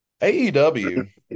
AEW